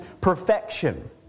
perfection